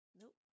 Nope